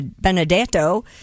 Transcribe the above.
Benedetto